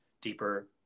deeper